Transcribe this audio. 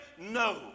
No